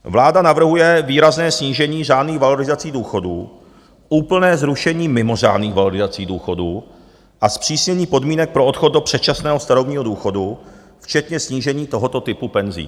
Vláda navrhuje výrazné snížení řádných valorizací důchodů, úplné zrušení mimořádných valorizací důchodů a zpřísnění podmínek pro odchod do předčasného starobního důchodu včetně snížení tohoto typu penzí.